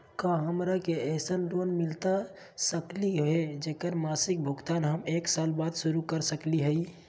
का हमरा के ऐसन लोन मिलता सकली है, जेकर मासिक भुगतान हम एक साल बाद शुरू कर सकली हई?